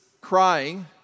crying